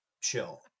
chill